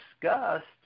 discussed